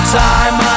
time